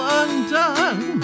undone